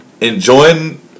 enjoying